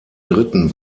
dritten